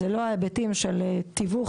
זה לא ההיבטים של תיווך,